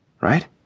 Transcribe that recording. Right